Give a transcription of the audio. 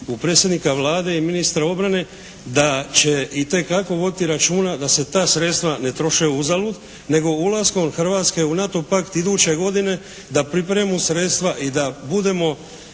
u predsjednika Vlade i ministra obrane da će itekako voditi računa da se ta sredstva ne troše uzalud nego ulaskom Hrvatske u NATO pakt iduće godine da pripremimo sredstva i da budemo